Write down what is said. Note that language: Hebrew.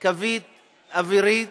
קווית אווירית,